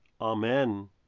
Amen